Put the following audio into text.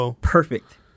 Perfect